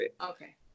Okay